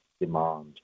demand